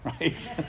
right